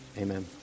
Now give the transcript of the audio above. amen